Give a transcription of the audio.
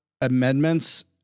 amendments